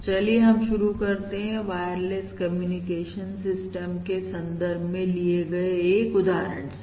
तो चलिए हम शुरू करते हैं वायरलेस कम्युनिकेशन सिस्टम के संदर्भ में लिए गए एक उदाहरण से